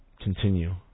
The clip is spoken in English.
continue